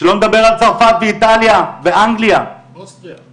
שלא לדבר על צרפת ואיטליה ואנגליה, ואוסטריה.